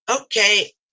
Okay